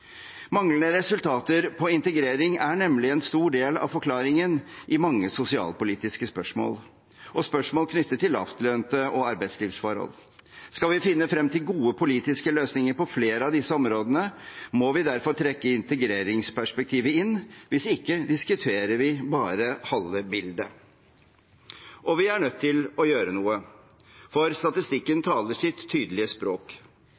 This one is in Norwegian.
Manglende resultater innenfor integrering er nemlig en stor del av forklaringen i mange sosialpolitiske spørsmål og spørsmål knyttet til lavtlønte og arbeidslivsforhold. Skal vi finne frem til gode politiske løsninger på flere av disse områdene, må vi derfor trekke integreringsperspektivet inn. Hvis ikke diskuterer vi bare halve bildet. Og vi er nødt til å gjøre noe, for statistikken taler sitt tydelige språk.